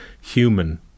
human